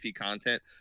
content